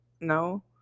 No